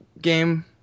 game